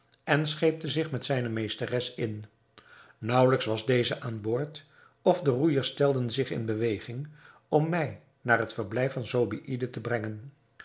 en scheepte zich met zijne meesteres in naauwelijks was deze aan boord of de roeijers stelden zich in beweging om mij naar het verblijf van zobeïde te brengen